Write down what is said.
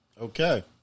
Okay